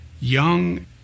young